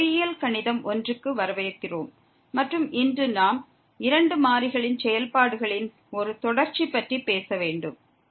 பொறியியல் கணிதம் 1 க்கு வரவேற்கிறோம் மற்றும் இன்று நாம் இரண்டு மாறிகளின் செயல்பாடுகளின் ஒரு தொடர்ச்சி பற்றி பேச போகிறோம்